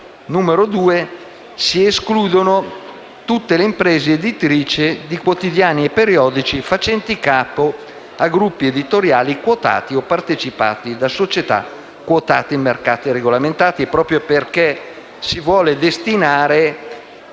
2 si escludono «tutte le imprese editrici di quotidiani e periodici facenti capo a gruppi editoriali quotati o partecipati da società quotate in mercati regolamentati», proprio perché si vogliono destinare